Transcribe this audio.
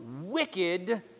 wicked